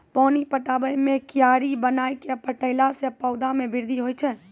पानी पटाबै मे कियारी बनाय कै पठैला से पौधा मे बृद्धि होय छै?